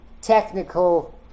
technical